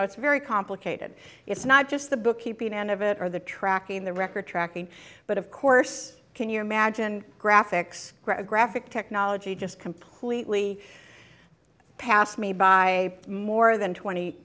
know it's very complicated it's not just the bookkeeping end of it or the tracking the record tracking but of course can you imagine graphics graphic technology just completely passed me by more than twenty